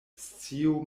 scio